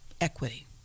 equity